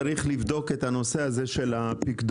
צריך לבדוק את הנושא הזה של הפקדונות,